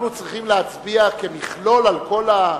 אנחנו צריכים להצביע כמכלול על כל,